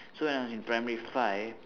so when I was in primary five